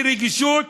בלי רגישות,